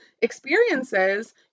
experiences